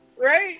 right